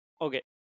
Okay